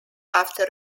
after